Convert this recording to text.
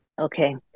Okay